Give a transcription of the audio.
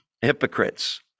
hypocrites